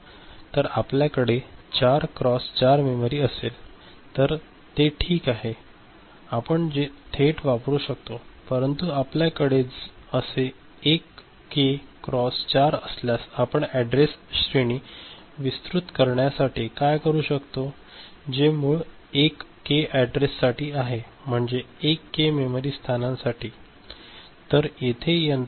जर आपल्याकडे 4 K cross 4 memory असेल तर ती ठीक आहे आपण थेट वापरू शकतो परंतु आपल्याकडे जर असे 1 के क्रॉस 4 असल्यास आपण अॅड्रेस श्रेणी विस्तृत करण्यासाठी काय करू शकतो जे मूळ 1K अॅड्रेससाठी आहे म्हणजे 1 के मेमरी स्थानांसाठी